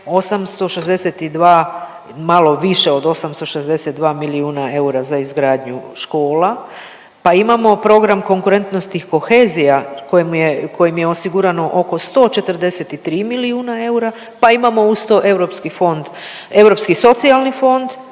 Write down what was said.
862 milijuna eura za izgradnju škola pa imamo program Konkurentnost i kohezija kojim je, kojim je osigurano oko 143 milijuna eura pa imamo uz to europski fond,